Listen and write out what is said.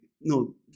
no